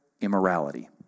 immorality